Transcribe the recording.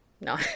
no